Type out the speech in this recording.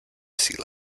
sea